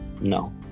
no